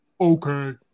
okay